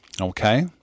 okay